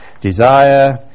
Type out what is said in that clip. desire